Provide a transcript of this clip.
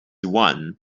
one